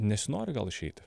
nesinori gal išeiti